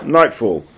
nightfall